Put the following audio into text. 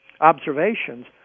observations